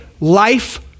life